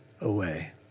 away